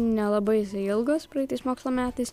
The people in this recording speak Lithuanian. nelabai jisai ilgas praeitais mokslo metais